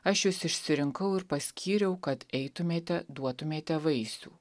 aš jus išsirinkau ir paskyriau kad eitumėte duotumėte vaisių